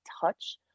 touch